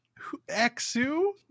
Exu